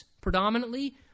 predominantly